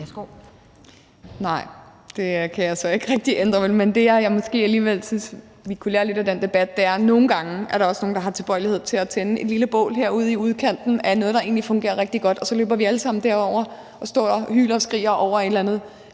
Nej, det kan jeg så ikke rigtig ændre, men det, jeg måske alligevel synes vi kunne lære lidt af den debat, er, at nogle gange er der også nogle, der har tilbøjelighed til at tænde et lille bål ude i udkanten af noget, der egentlig fungerer rigtig godt, og så løber vi alle sammen derover og står og hyler og skriger over en eller anden